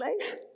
life